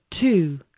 two